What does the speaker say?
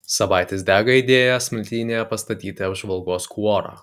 sabaitis dega idėja smiltynėje pastatyti apžvalgos kuorą